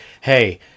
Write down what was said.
hey